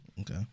Okay